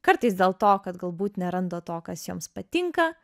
kartais dėl to kad galbūt neranda to kas joms patinka